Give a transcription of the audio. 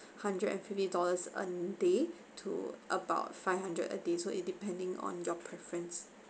hundred and fifty dollars a day to about five hundred a day so it depending on your preference